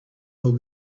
will